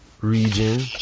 region